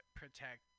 protect